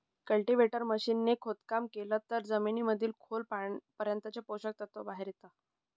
cultivator machine ने खोदकाम केलं तर जमिनीतील खोल पर्यंतचे पोषक तत्व बाहेर येता